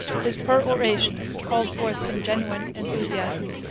his peroration called forth some genuine enthusiasm.